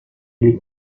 ele